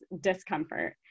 discomfort